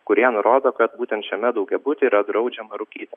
kurie nurodo kad būtent šiame daugiabutyje yra draudžiama rūkyti